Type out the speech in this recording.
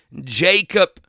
Jacob